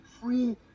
Free